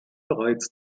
bereits